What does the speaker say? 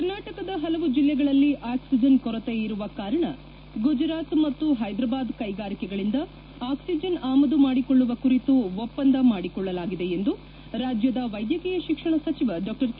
ಕರ್ನಾಟಕದ ಹಲವು ಜಿಲ್ಲೆಗಳಲ್ಲಿ ಆಕ್ಸಿಜನ್ ಕೊರತೆ ಇರುವ ಕಾರಣ ಗುಜರಾತ್ ಮತ್ತು ಹೈದರಾಬಾದ್ ಕ್ಕೆಗಾರಿಕೆಗಳಿಂದ ಆಕ್ಸಿಜನ್ ಆಮದ್ ಮಾಡಿಕೊಳ್ಳುವ ಕುರಿತು ಒಪ್ಪಂದ ಮಾಡಿಕೊಳ್ಳಲಾಗಿದೆ ಎಂದು ರಾಜ್ಯದ ವೈದ್ಯಕೀಯ ಶಿಕ್ಷಣ ಸಚಿವ ಡಾ ಕೆ